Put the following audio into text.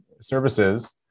services